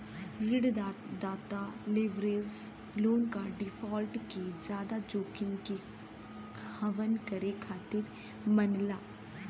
ऋणदाता leverage loan क default के जादा जोखिम के वहन करे खातिर मानला